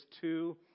two